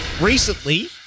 Recently